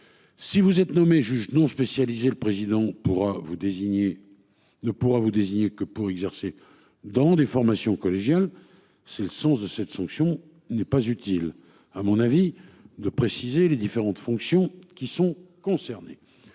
Si vous êtes nommé juge non spécialisés. Le président pour vous désignez ne pourra vous désignez que pour exercer dans des formations collégiales. C'est le sens de cette sanction n'est pas utile, à mon avis de préciser les différentes fonctions qui sont concernés.